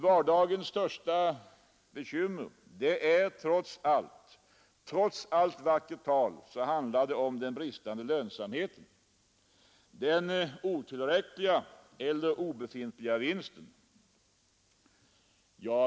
Vardagens största bekymmer är, trots allt vackert tal, den bristande lönsamheten, den otillräckliga eller obefintliga vinsten.